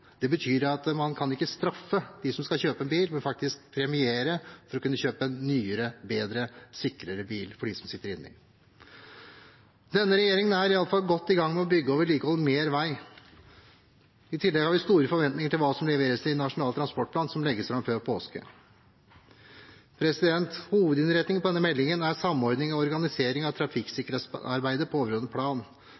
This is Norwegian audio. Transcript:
men premiere dem for å kjøpe en nyere, bedre og sikrere bil for dem som sitter inni den. Denne regjeringen er i alle fall godt i gang med å bygge og vedlikeholde mer vei. I tillegg har vi store forventninger til hva som leveres i Nasjonal transportplan, som legges fram før påske. Hovedinnretningen på denne meldingen er samordning og organisering av